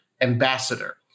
ambassador